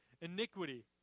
iniquity